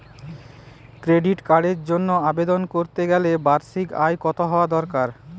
Credit কার্ডের জন্য আবেদন করতে গেলে বার্ষিক আয় কত হওয়া দরকার?